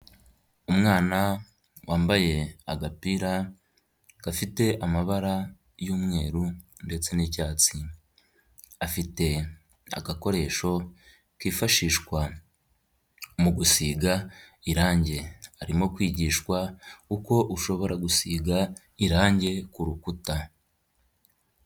Umwana wambaye agapira gafite amabara y'umweru ndetse n'icyatsi. Afite agakoresho kifashishwa mu gusiga irange, arimo kwigishwa uko ushobora gusiga irange kurukuta.